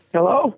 Hello